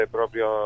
proprio